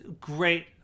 Great